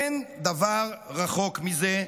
אין דבר רחוק מזה,